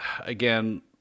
again